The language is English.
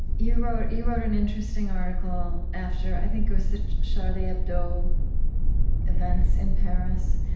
you wrote you wrote an interesting article after i think it was the charlie hebdo events in paris